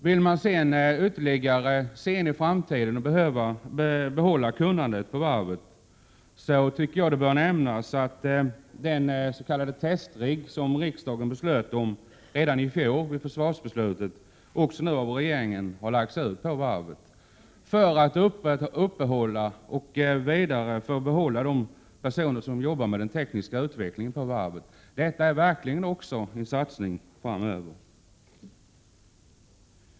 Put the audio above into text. Vill man ytterligare se till framtiden och behålla kunnandet på varvet, så tycker jag det bör nämnas att beställningen av den s.k. testrigg, som riksdagen beslöt om redan i fjol i samband med försvarsbeslutet, också nu av regeringen har lagts ut på varvet för att man skall få behålla de personer som jobbar med den tekniska utvecklingen på varvet. Detta är verkligen också en satsning för framtiden.